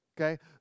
okay